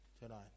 tonight